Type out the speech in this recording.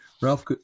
Ralph